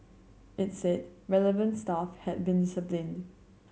it said relevant staff had been disciplined